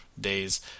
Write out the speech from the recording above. days